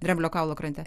dramblio kaulo krante